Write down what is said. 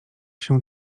się